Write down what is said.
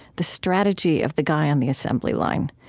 the strategy of the guy on the assembly line.